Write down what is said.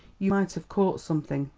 you might have caught something.